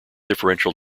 differential